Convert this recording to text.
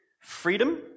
Freedom